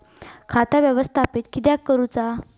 खाता व्यवस्थापित किद्यक करुचा?